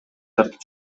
тартып